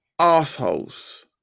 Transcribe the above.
assholes